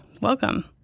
Welcome